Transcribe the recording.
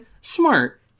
Smart